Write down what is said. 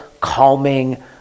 calming